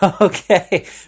Okay